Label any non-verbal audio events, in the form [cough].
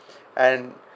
[breath] and